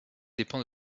dépend